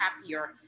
happier